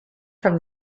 from